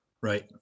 Right